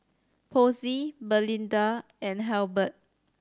Posey Belinda and Halbert